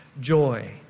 joy